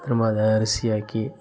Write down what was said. திரும்ப அதை அரிசியாக்கி